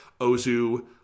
Ozu